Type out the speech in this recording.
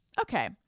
Okay